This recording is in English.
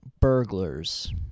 burglars